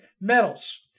metals